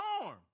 storm